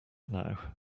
now